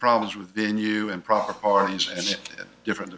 problems with the new improper or different